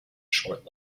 short